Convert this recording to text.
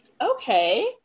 Okay